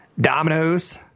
Dominoes